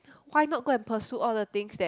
why not go and pursue all the things that